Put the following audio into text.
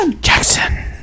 Jackson